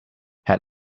had